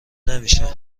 نمیشه